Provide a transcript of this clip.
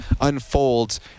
unfolds